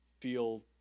feel